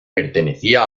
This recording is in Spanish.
pertenecía